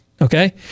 okay